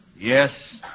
Yes